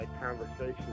conversation